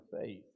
faith